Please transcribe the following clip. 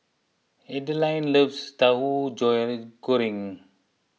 Adilene loves Tauhu Goreng